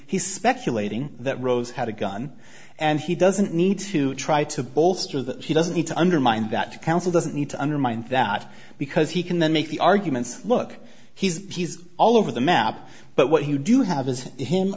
he's speculating that rose had a gun and he doesn't need to try to bolster that he doesn't need to undermine that counsel doesn't need to undermine that because he can then make the arguments look he's all over the map but what you do have is him